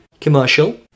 commercial